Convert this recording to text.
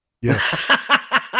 Yes